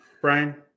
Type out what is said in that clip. Brian